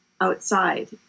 outside